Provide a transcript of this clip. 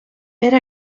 per